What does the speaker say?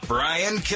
Brian